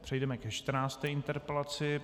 Přejdeme ke čtrnácté interpelaci.